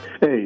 Hey